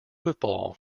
football